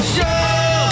Show